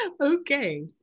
okay